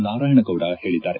ನಾರಾಯಣಗೌಡ ಹೇಳಿದ್ದಾರೆ